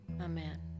Amen